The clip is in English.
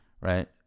right